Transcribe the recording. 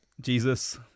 Jesus